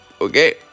Okay